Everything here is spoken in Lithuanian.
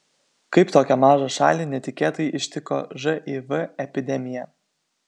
kaip tokią mažą šalį netikėtai ištiko živ epidemija